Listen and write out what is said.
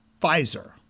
Pfizer